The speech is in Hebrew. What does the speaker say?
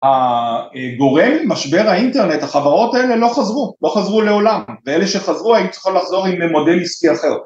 ה.. אהה.. גורם, משבר האינטרנט, החברות האלה לא חזרו, לא חזרו לעולם, ואלה שחזרו היו צריכים לחזור עם מודל עסקי אחר.